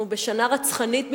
אנחנו בשנה רצחנית במיוחד,